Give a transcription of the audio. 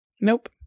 Nope